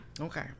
Okay